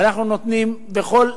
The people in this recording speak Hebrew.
ואנחנו נותנים בכל,